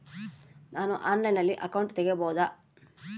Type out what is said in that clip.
ನಾನು ಆನ್ಲೈನಲ್ಲಿ ಅಕೌಂಟ್ ತೆಗಿಬಹುದಾ?